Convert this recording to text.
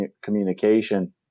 communication